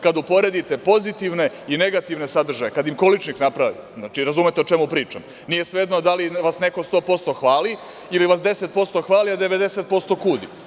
Kad uporedite pozitivne i negativne sadržaje, kad im količnik napravite, znači, razumete o čemu pričam, nije svejedno da li vas neko 100% hvali ili vas 10% hvali, a 90% kudi.